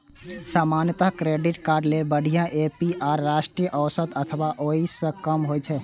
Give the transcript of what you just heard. सामान्यतः credit card लेल बढ़िया ए.पी.आर राष्ट्रीय औसत अथवा ओइ सं कम होइ छै